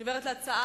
אני קובעת שחוק